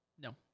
No